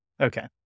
Okay